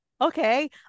okay